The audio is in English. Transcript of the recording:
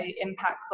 impacts